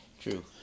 True